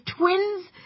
twins